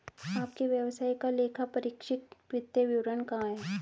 आपके व्यवसाय का लेखापरीक्षित वित्तीय विवरण कहाँ है?